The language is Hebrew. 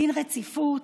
דין רציפות,